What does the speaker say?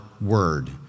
word